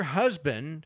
husband